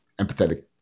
empathetic